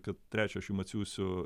kad trečią aš jum atsiųsiu